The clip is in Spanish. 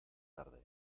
tarde